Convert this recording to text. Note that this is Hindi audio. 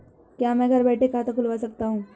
क्या मैं घर बैठे खाता खुलवा सकता हूँ?